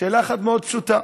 שאלה אחת מאוד פשוטה: